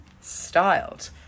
styled